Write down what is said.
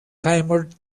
clamored